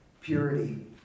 purity